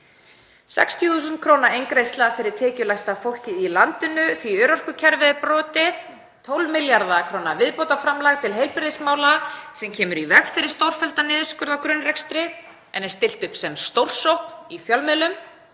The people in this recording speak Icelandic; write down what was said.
60.000 kr. eingreiðslu fyrir tekjulægsta fólkið í landinu því að örorkukerfið er brotið. 12 milljarða kr. viðbótarframlag til heilbrigðismála sem kemur í veg fyrir stórfelldan niðurskurð á grunnrekstri en er stillt upp sem stórsókn í fjölmiðlum.